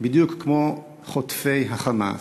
בדיוק כמו חוטפי ה"חמאס".